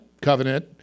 covenant